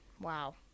wow